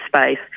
space